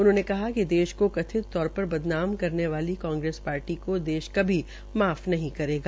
उन्होंने कहा कि देश को कथित तौर पर बदनाम करने वाली कांग्रेस पार्टी को देश कभी माफ नहीं करेगा